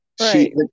Right